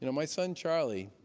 you know my son charlie,